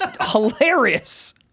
hilarious